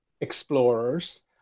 explorers